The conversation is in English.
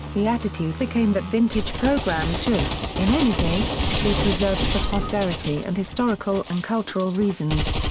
the attitude became that vintage programmes should, in any case, be preserved for posterity and historical and cultural reasons.